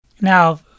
Now